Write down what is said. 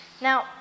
Now